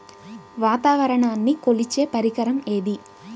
వాతావరణాన్ని కొలిచే పరికరం ఏది?